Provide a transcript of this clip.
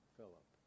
Philip